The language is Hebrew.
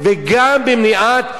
למה במצרים יש טבח?